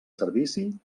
servici